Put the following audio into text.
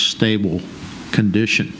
stable condition